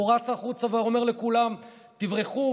והוא רץ החוצה ואמר לכולם: תברחו.